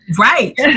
Right